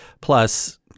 Plus